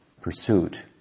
pursuit